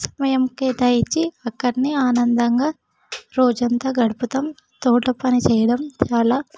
మేము కేటాయించి అక్కడే ఆనందంగా రోజంతా గడుపుతాము తోట పని చేయడం చాలా